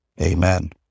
Amen